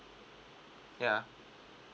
yeah